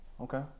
Okay